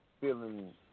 feeling